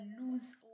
lose